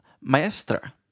maestra